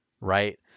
right